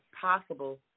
possible